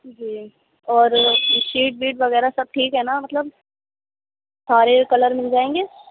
جی اور شیٹ ویٹ وغیرہ سب ٹھیک ہے نا مطلب سارے کلر مل جائیں گے